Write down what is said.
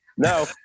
No